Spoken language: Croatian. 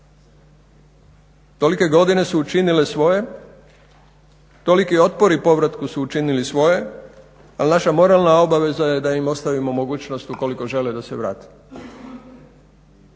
Tolike godine su učinile svoje, toliki otpori povratku su učinili svoje, ali naša moralna obaveza je da im ostavimo mogućnost ukoliko žele da se vrate.